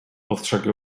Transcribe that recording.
ostrzegł